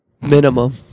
Minimum